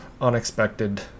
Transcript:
unexpected